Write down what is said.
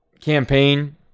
campaign